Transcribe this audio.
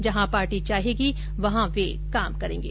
जहां पार्टी चाहेगी वहां वो काम करेंगे